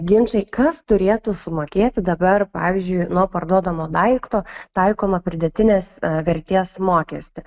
ginčai kas turėtų sumokėti dabar pavyzdžiui nuo parduodamo daikto taikomą pridėtinės vertės mokestį